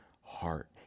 heart